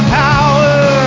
power